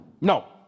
No